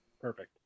Perfect